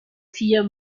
vier